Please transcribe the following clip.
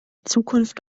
zukunft